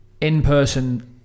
in-person